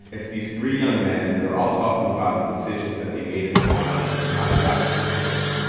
it's these three young men, and they're all talking about the decisions that they made in their lives and how they got to this place.